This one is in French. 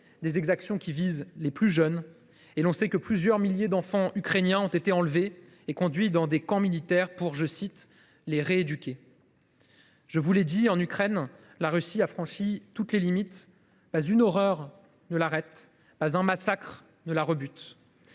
; elles visent les plus jeunes. On sait ainsi que plusieurs milliers d’enfants ukrainiens ont été enlevés et conduits dans des camps militaires pour être « rééduqués ». Je vous l’ai dit : en Ukraine, la Russie a franchi toutes les limites. Pas une horreur ne l’arrête. Pas un massacre ne la rebute.